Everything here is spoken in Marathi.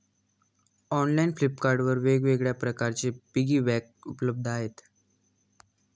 ऑनलाइन फ्लिपकार्ट वर वेगवेगळ्या प्रकारचे पिगी बँक उपलब्ध आहेत